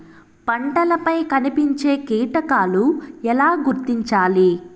పంటలపై కనిపించే కీటకాలు ఎలా గుర్తించాలి?